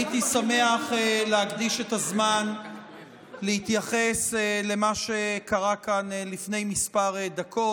הייתי שמח להקדיש את הזמן להתייחס למה שקרה כאן לפני כמה דקות.